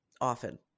often